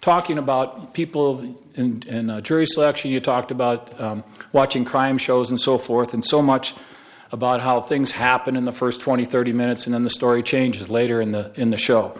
talking about people and in jury selection you talked about watching crime shows and so forth and so much about how things happened in the first twenty thirty minutes in the story changes later in the in the show